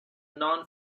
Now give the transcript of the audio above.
non